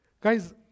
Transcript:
Guys